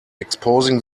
exposing